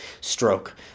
stroke